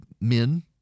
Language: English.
men